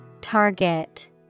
Target